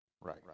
Right